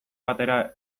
batera